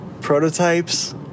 Prototypes